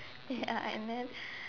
ya and then